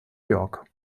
york